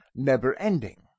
never-ending